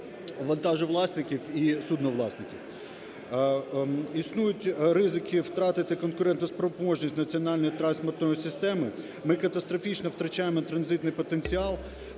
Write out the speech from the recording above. вантажовласників і судновласників. Існують ризики втратити конкурентоспроможність національної транспортної системи. Ми катастрофічно втрачаємо транзитний потенціал.